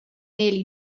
nearly